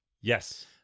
yes